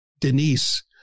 Denise